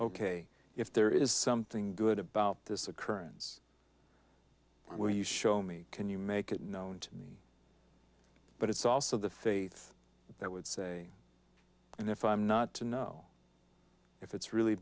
ok if there is something good about this occurrence will you show me can you make it known to me but it's also the faith that would say and if i'm not to know if it's really